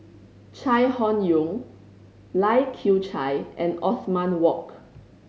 Chai Hon Yoong Lai Kew Chai and Othman Wok